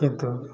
କିନ୍ତୁ